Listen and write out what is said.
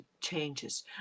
changes